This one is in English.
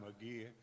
again